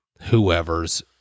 whoever's